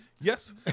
Yes